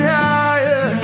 higher